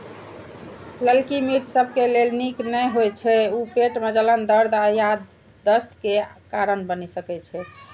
ललकी मिर्च सबके लेल नीक नै होइ छै, ऊ पेट मे जलन, दर्द आ दस्त के कारण बनि सकै छै